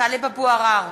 טלב אבו עראר,